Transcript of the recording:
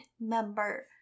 member